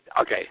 okay